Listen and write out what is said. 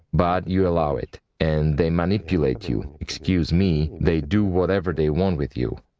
but you allow it, and they manipulate you, excuse me, they do whatever they want with you.